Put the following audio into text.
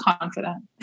confident